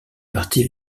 parties